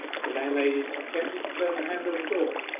the landlady attempted to turn the handle of the door.